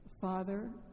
father